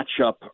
matchup